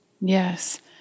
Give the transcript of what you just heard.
Yes